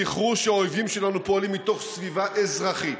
זכרו שהאויבים שלנו פועלים מתוך סביבה אזרחית,